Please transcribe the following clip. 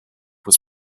was